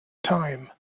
time